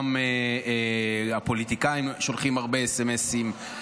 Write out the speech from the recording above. גם הפוליטיקאים שולחים הרבה סמ"סים.